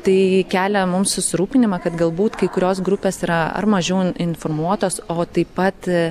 tai kelia mums susirūpinimą kad galbūt kai kurios grupės yra ar mažiau informuotos o taip pat